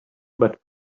but